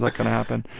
like going to happen?